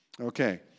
Okay